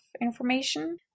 information